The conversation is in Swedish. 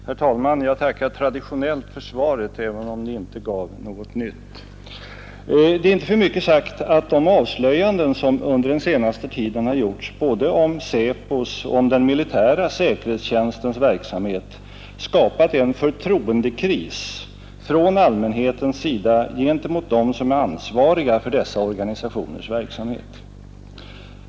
genom statliga Herr talman! Jag tackar traditionellt för svaret, även om det inte gav = 9O'gan något nytt. Det är inte för mycket sagt att de avslöjanden som under den senaste tiden gjorts både om SÄPO:s och om den militära säkerhetstjänstens verksamhet skapat en förtroendekris från allmänhetens sida gentemot dem som är ansvariga för dessa organisationers verksamhet.